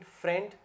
friend